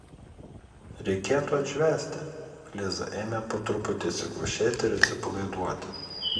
reikėtų atšvęsti liza ėmė po truputį atsikvošėti ir atsipalaiduoti